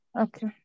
Okay